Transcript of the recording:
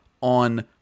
on